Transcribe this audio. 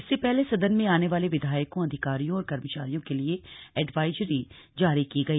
इससे पहले सदन में आने वाले विधायकोंए अधिकारियों और कर्मचारियों के लिए एडवाइजारी जारी की गई